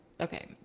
okay